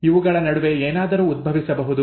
ಇವುಗಳ ನಡುವೆ ಏನಾದರೂ ಉದ್ಭವಿಸಬಹುದು